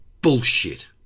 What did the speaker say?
Bullshit